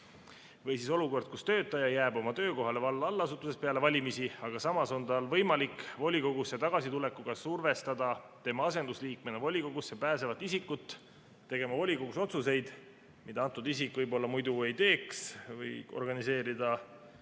Või olukord, kus töötaja jääb peale valimisi oma töökohale valla allasutuses, aga samas on tal võimalik volikogusse tagasitulekuga survestada oma asendusliikmena volikogusse pääsevat isikut tegema volikogus otsuseid, mida antud isik võib-olla muidu ei teeks, või organiseerida koostöös